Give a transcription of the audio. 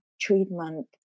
treatment